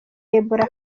ebola